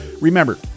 Remember